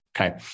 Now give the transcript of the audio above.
Okay